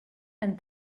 and